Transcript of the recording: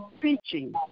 preaching